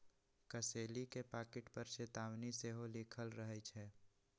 कसेली के पाकिट पर चेतावनी सेहो लिखल रहइ छै